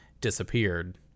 disappeared